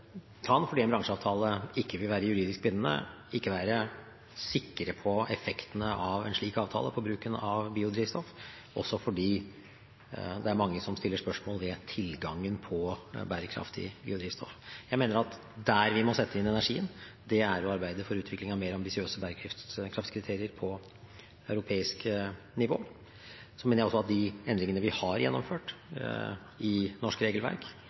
Fordi en bransjeavtale ikke vil være juridisk bindende, kan vi ikke være sikre på effektene av en slik avtale ved bruken av biodrivstoff, også fordi det er mange som stiller spørsmål ved tilgangen på bærekraftig biodrivstoff. Jeg mener at der vi må sette inn energien, er å arbeide for utvikling av mer ambisiøse bærekraftskriterier på europeisk nivå. Så mener jeg også at de endringene vi har gjennomført i norsk regelverk,